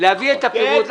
להביא את הפירוט הזה,